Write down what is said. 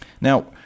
Now